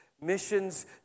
missions